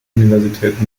universität